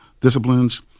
disciplines